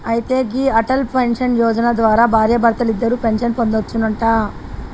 అయితే గీ అటల్ పెన్షన్ యోజన ద్వారా భార్యాభర్తలిద్దరూ పెన్షన్ పొందొచ్చునంట